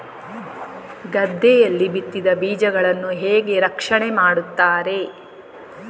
ಗದ್ದೆಯಲ್ಲಿ ಬಿತ್ತಿದ ಬೀಜಗಳನ್ನು ಹೇಗೆ ರಕ್ಷಣೆ ಮಾಡುತ್ತಾರೆ?